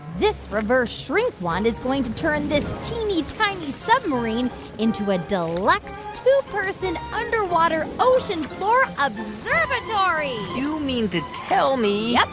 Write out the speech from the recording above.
this reverse shrink wand is going to turn this teeny, tiny submarine into a deluxe, two-person, underwater, ocean floor observatory you mean to tell me. yup,